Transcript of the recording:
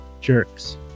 jerks